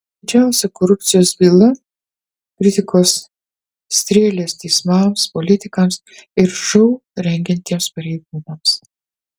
didžiausia korupcijos byla kritikos strėlės teismams politikams ir šou rengiantiems pareigūnams